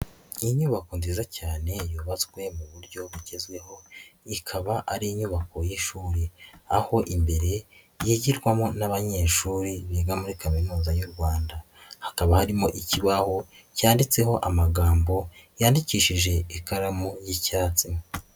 Inyubako nziza cyane yubatswe mu buryo bugezweho ikaba ari inyubako y'ishuri aho imbere yigirwamo n'abanyeshuri biga muri kaminuza y'u Rwanda, hakaba harimo ikibaho cyanditseho amagambo yandikishije ikaramu y'icyatsi.